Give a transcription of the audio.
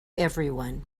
everyone